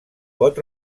pot